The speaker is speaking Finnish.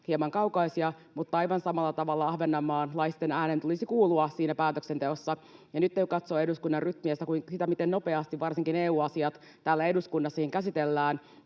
hieman kaukaisia, mutta aivan samalla tavalla ahvenanmaalaisten äänen tulisi kuulua siinä päätöksenteossa. Ja nytten, kun katsoo eduskunnan rytmiä ja sitä, miten nopeasti varsinkin EU-asiat täällä eduskunnassakin käsitellään,